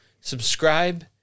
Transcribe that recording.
Subscribe